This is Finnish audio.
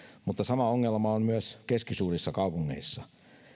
mutta sama ongelma on myös keskisuurissa kaupungeissa